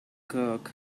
clock